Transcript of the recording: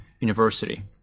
University